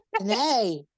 Nay